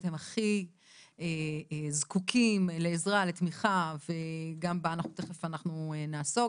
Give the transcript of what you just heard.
הכי זקוקים לעזרה ולתמיכה וגם בה אנחנו תיכף נעסוק.